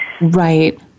right